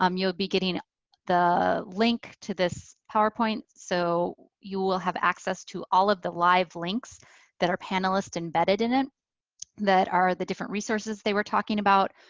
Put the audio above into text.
um you'll be getting the link to this powerpoint so you will have access to all of the live links that our panelists embedded in it that are the different resources they were talking about.